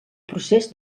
procés